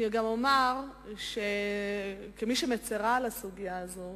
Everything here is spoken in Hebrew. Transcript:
אני גם אומר שכמי שמצרה על הסוגיה הזאת,